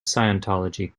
scientology